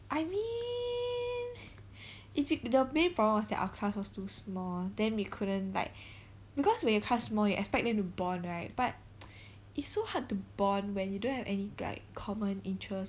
I mean it's be~ the main problem was that our class was too small then we couldn't like because when your class small then you expect them to bond right but it's so hard to bond when you don't have any like common interest